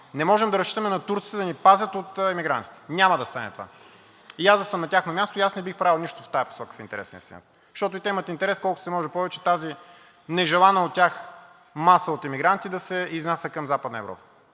Не можем да разчитаме на турците да ни пазят от емигрантите. Това няма да стане. И аз да съм на тяхно място не бих правил нищо в тази посока в интерес на истината, защото и те имат интерес колкото се може повече тази нежелана от тях маса от емигранти да се изнася към Западна Европа.